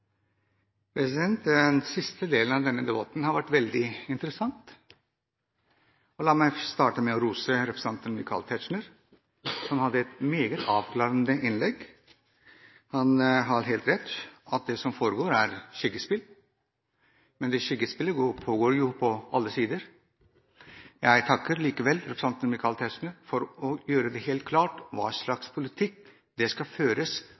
Siste del av denne debatten har vært veldig interessant. La meg starte med å rose representanten Michael Tetzschner, som hadde et meget avklarende innlegg. Han har helt rett i at det som foregår, er et skyggespill. Men skyggespillet foregår på alle sider. Jeg takker likevel representanten Michael Tetzschner for å gjøre det helt klart hva slags politikk som skal føres